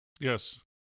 Yes